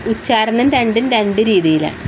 ഉച്ചാരണം രണ്ടും രണ്ട് രീതിയിൽ ആണ്